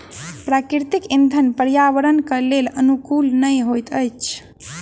प्राकृतिक इंधन पर्यावरणक लेल अनुकूल नहि होइत अछि